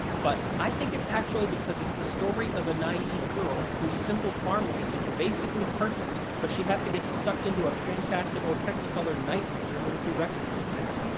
but i think it's actually because it's the story of a naive girl whose simple farm life is basically perfect, but she has to get sucked into a fantastical, technicolor nightmare in order to recognize that.